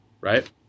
right